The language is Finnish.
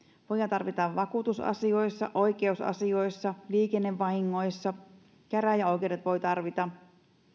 voidaan tarvita vakuutusasioissa oikeusasioissa liikennevahingoissa käräjäoikeudet voivat tarvita